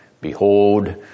Behold